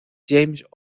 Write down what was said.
james